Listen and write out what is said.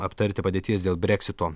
aptarti padėties dėl breksito